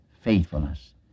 faithfulness